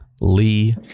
Lee